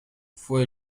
fue